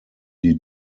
die